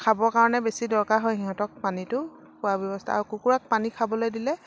খাবৰ কাৰণে বেছি দৰকাৰ হয় সিহঁতক পানীটো খোৱা ব্যৱস্থা আৰু কুকুৰাক পানী খাবলে দিলে